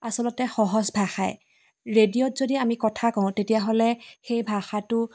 আচলতে সহজ ভাষাই ৰেডিঅ'ত যদি আমি কথা কওঁ তেতিয়াহ'লে সেই ভাষাটো